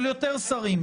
של יותר שרים.